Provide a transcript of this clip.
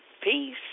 Peace